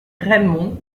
raimond